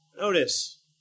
Notice